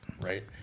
Right